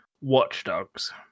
Watchdogs